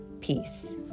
peace